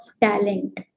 talent